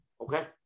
Okay